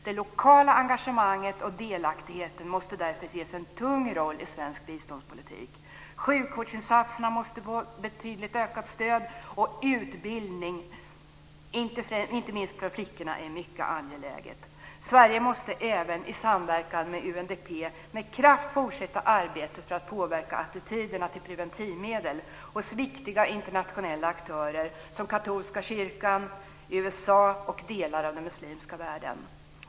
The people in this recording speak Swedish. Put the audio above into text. Det lokala engagemanget och delaktigheten måste därför ges en tung roll i svensk biståndspolitik. Sjukvårdsinsatserna måste få ett betydligt ökat stöd. Utbildning inte minst bland flickorna är mycket angeläget. Sverige måste även i samverkan med UNDP med kraft fortsätta arbetet för att påverka attityderna till preventivmedel hos viktiga internationella aktörer som katolska kyrkan, USA och delar av den muslimska världen.